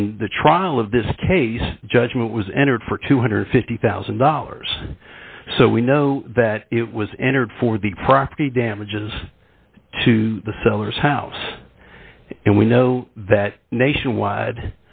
in the trial of this case judgment was entered for two hundred and fifty thousand dollars so we know that it was entered for the property damages to the seller's house and we know that nationwide